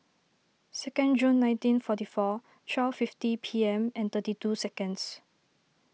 second June nineteen forty four twelve fifty P M and thirty two seconds